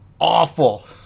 Awful